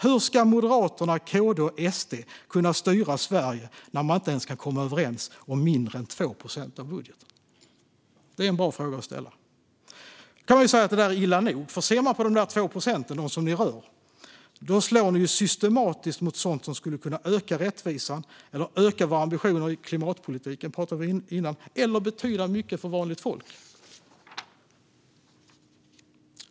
Hur ska Moderaterna, KD och SD kunna styra Sverige när man inte ens kan komma överens om mer än 2 procent av budgeten? Det är en bra fråga att ställa. Man kan säga att detta är illa nog. Tittar man på de 2 procent som ni rör ser man att ni systematiskt slår mot sådant som skulle kunna öka rättvisan, höja våra ambitioner inom klimatpolitiken, som vi pratade om tidigare, eller betyda mycket för vanligt folk.